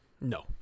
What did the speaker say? No